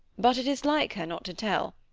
but it is like her not to tell.